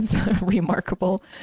remarkable